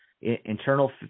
internal